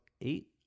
eight